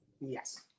Yes